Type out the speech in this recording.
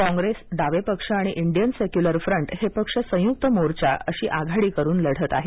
कॉंग्रेस डावे पक्ष आणि इंडियन सेक्युलर फ्रंट हे पक्ष हे संयुक मोर्चा अशी आघाडी करून लढत आहेत